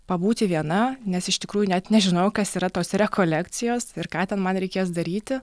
pabūti viena nes iš tikrųjų net nežinojau kas yra tos rekolekcijos ir ką ten man reikės daryti